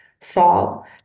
fall